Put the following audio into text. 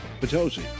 Potosi